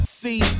see